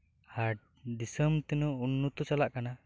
ᱟᱨ ᱫᱤᱥᱟᱹᱢ ᱛᱤᱱᱟᱹᱜ ᱩᱱᱱᱚᱛᱚ ᱪᱟᱞᱟᱜ ᱠᱟᱱᱟ